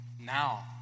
now